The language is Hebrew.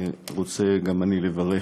גם אני רוצה לברך,